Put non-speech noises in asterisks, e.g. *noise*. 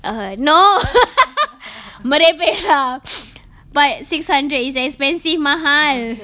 err no *laughs* merepek lah but six hundred is expensive mahal